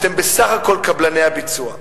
אתם בסך הכול קבלני הביצוע.